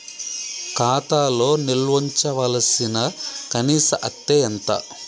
ఖాతా లో నిల్వుంచవలసిన కనీస అత్తే ఎంత?